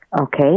Okay